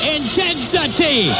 intensity